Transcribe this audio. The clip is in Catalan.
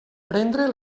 prendre